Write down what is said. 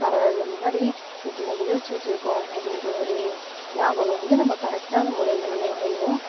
வராது முன்னாடி இப்படி நம்ம யோசித்து வச்சுருக்கோம் அப்படின்ற ஒரு ஞாபகம் வந்து நம்ம கரெக்டான முறையில் நம்ம வரைவோம்